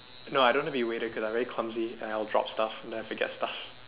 no I don't want to be waiter cause I'm very clumsy and I'll drop stuff then I'll forget stuff